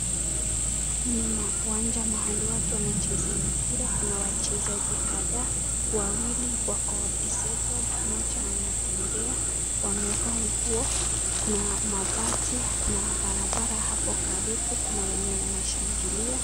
Hii ni uwanja mahali watu wanchezea mpira, kuna wachezaji kadhaa, wawili wako disabled , mmoja anatembea. Wamevaa nguo, kuna mabati, kuna barabara hapo karibu, kuna wenye wanashangilia.